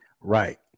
Right